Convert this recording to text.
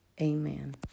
amen